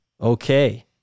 Okay